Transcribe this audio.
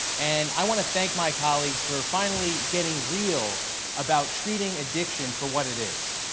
and i want to thank my colleagues for finally getting real about treating addiction for what it is.